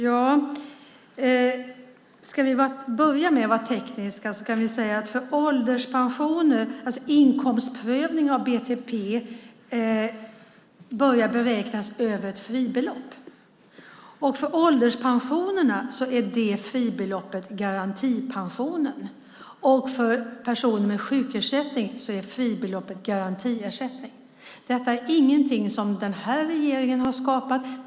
Herr talman! Ska vi börja med att vara tekniska så kan jag säga att inkomstprövning av BTP börjar beräknas över ett fribelopp. För ålderspensionerna är det fribeloppet garantipensionen. För personer med sjukersättning är fribeloppet garantiersättningen. Detta är ingenting som den här regeringen har skapat.